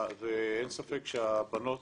אין ספק שהבנות